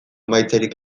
emaitzarik